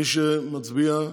מי שמצביע,